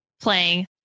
playing